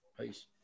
peace